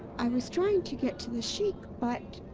i was trying to get to the sheik, but.